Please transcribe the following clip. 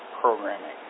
programming